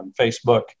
Facebook